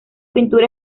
pintura